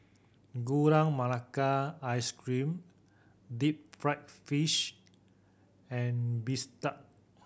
Gula Melaka Ice Cream deep fried fish and bistake